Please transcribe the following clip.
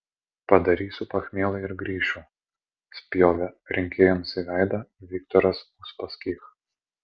padarysiu pachmielą ir grįšiu spjovė rinkėjams į veidą viktoras uspaskich